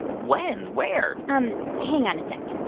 when? where? um hang on a sec.